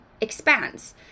expands